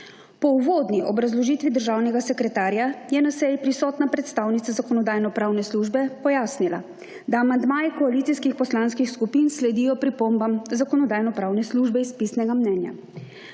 Po uvodni obrazložitvi državnega sekretarja je na seji prisotna predstavnica Zakonodajno-pravne službe pojasnila, da amandmaji koalicijskih poslanskih skupin sledijo pripombam Zakonodajno-pravne službe iz pisnega mnenja.